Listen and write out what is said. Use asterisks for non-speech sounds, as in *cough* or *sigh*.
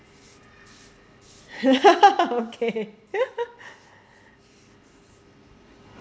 *laughs* okay *laughs*